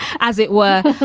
as it were,